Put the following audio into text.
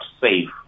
safe